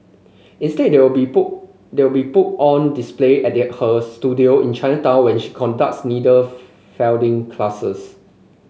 instead they will be put they will be put on display at her studio in Chinatown where she conducts needle felting classes